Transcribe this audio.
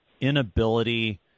inability